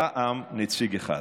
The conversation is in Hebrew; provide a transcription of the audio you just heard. רע"מ, נציג אחד.